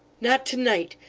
not to-night!